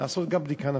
לעשות גם בדיקה נפשית.